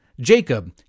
Jacob